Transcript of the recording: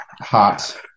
hot